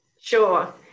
Sure